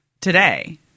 today